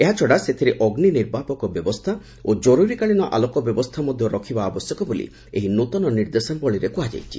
ଏହାଛଡା ସେଥିରେ ଅଗ୍ନି ନିର୍ବାପକ ବ୍ୟବସ୍କା ଓ ଜରୁରୀକାଳୀନ ଆଲୋକ ବ୍ୟବସ୍କା ମଧ୍ଧ ରଖିବା ଆବଶ୍ୟକ ବୋଲି ଏହି ନୃତନ ନିର୍ଦ୍ଦେଶାବଳୀରେ କୁହାଯାଇଛି